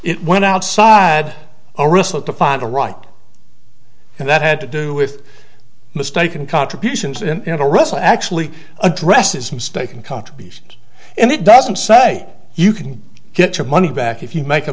it went outside a risk to find the right and that had to do with mistaken contributions and the rest actually addresses mistaken contributions and it doesn't say you can get your money back if you make a